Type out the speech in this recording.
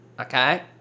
okay